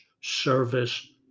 service